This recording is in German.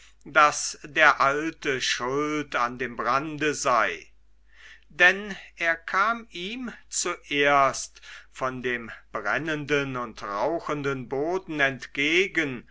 daß der alte schuld an dem brande sei denn er kam ihm zuerst von dem brennenden und rauchenden boden entgegen